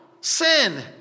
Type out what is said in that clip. sin